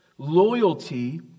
Loyalty